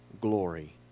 glory